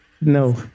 no